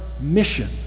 mission